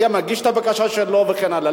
היה מגיש את הבקשה שלו וכן הלאה.